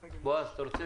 בועז, אתה רוצה?